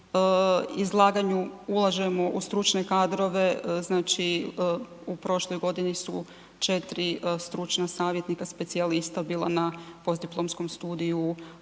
izlaganju ulažemo u stručne kadrove, znači u prošloj godini su četiri stručna savjetnika, specijalista bila na postdiplomskom studiju